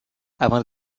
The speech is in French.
avant